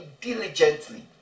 diligently